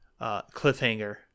cliffhanger